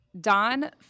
Don